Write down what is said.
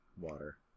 water